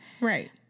Right